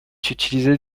utilisée